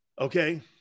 Okay